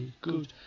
good